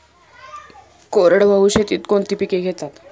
कोरडवाहू शेतीत कोणती पिके घेतात?